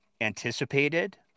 anticipated